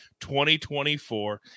2024